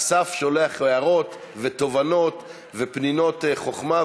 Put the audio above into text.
אסף שולח הערות ותובנות ופניני חוכמה,